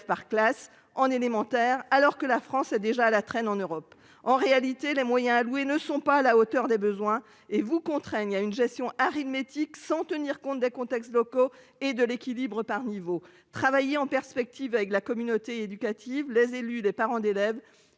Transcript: par classes en élémentaire. Alors que la France est déjà à la traîne en Europe. En réalité, les moyens alloués ne sont pas à la hauteur des besoins et vous contraignent à une gestion arithmétique sans tenir compte des contextes locaux et de l'équilibre par niveau travailler en perspective avec la communauté éducative, les élus, des parents d'élèves